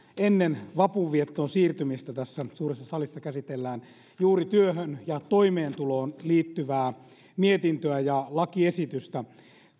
ennen vapunviettoon siirtymistä tässä suuressa salissa käsitellään juuri työhön ja toimeentuloon liittyvää mietintöä ja lakiesitystä